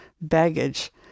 baggage